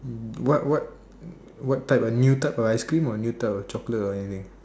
what what what type a new type of ice cream or new type of chocolate or anything